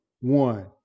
one